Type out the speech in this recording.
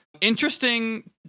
Interesting